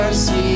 see